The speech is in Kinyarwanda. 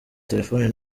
telefoni